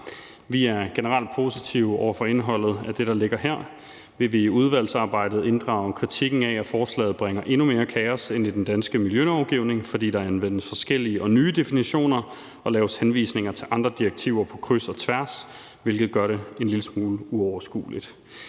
Vi er generelt positive over for indholdet af det, der ligger her. Vi vil i udvalgsarbejdet inddrage kritikken af, at forslaget bringer endnu mere kaos ind i den danske miljølovgivning, fordi der anvendes forskellige og nye definitioner og laves henvisninger til andre direktiver på kryds og tværs, hvilket gør det en lille smule uoverskueligt.